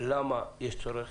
למה יש צורך